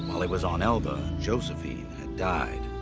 he was on elba, josephine had died,